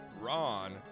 Ron